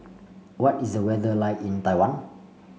what is the weather like in Taiwan